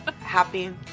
Happy